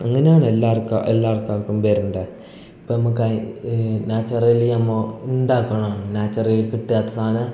അങ്ങനെയാണ് എല്ലാവർക്കും എല്ലാ ആൾക്കാർക്കും ബരണ്ട ഇപ്പം നമുക്ക് ഐ നാച്ചറലി നമ്മൾ എന്താക്കണൊ നാച്ചൊറലി കിട്ടാത്ത സാധനം